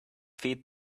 feed